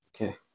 Okay